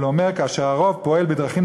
אבל הוא אומר: כאשר הרוב פועל בדרכים